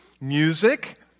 music